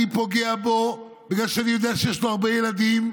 אני פוגע בו בגלל שאני יודע שיש לו הרבה ילדים,